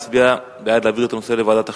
מצביע בעד העברת הנושא לוועדת החינוך,